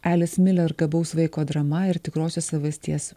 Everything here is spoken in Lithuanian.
alis miler gabaus vaiko drama ir tikrosios savasties